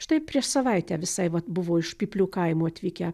štai prieš savaitę visai vat buvo iš pyplių kaimo atvykę